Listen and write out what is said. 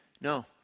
No